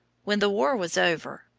when the war was over,